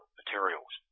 materials